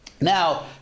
Now